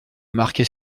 marquer